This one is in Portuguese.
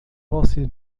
você